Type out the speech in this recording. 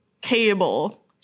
cable